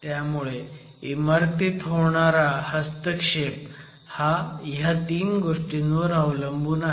त्यामुळे इमारतीत होणारा हस्तक्षेप हा ह्या तीन गोष्टींवर अवलंबून आहे